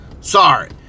Sorry